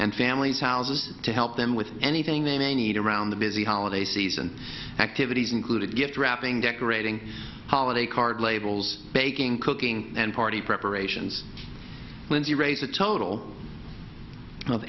and families houses to help them with anything they need around the busy holiday season activities including gift wrapping decorating holiday card labels baking cooking and party preparations when to raise a total of